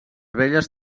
velles